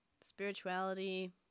spirituality